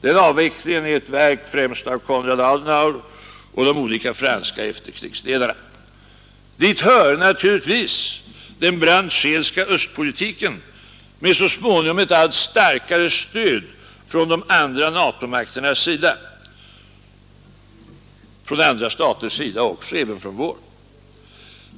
Den avvecklingen är ett verk främst av Konrad Adenauer och de olika franska efterkrigsledarna. Dit hör naturligtvis den Brandt-Scheelska östpolitiken med så småningom ett allt starkare stöd från de andra NATO-makternas sida, men också från andra staters sida och även från vår.